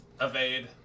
evade